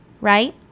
right